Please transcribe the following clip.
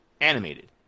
animated